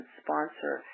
sponsor